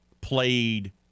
played